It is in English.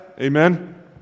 Amen